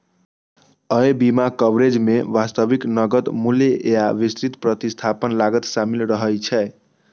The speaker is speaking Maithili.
अय बीमा कवरेज मे वास्तविक नकद मूल्य आ विस्तृत प्रतिस्थापन लागत शामिल रहै छै